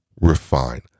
refine